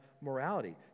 morality